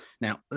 Now